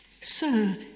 Sir